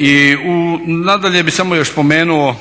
I nadalje bih još samo spomenuo